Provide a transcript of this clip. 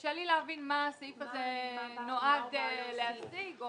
קשה לי להבין מה נועד להשיג בסעיף